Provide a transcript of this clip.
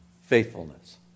faithfulness